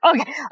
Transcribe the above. okay